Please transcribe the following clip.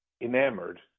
enamored